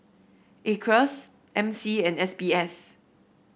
Acres M C and S B S